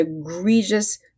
egregious